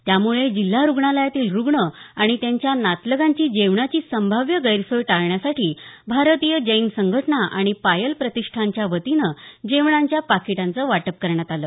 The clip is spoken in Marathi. त्यामुळे जिल्हा रुग्णालयातील रुग्ण आणि त्यांच्या नातलगांची जेवणाची संभाव्य गैरसोय टाळण्यासाठी भारतीय जैन संघटना आणि पायल प्रतिष्ठानच्या वतीनं जेवणाच्या पाकीटांचं वाटप करण्यात आलं